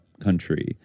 country